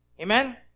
Amen